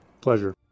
Pleasure